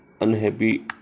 Unhappy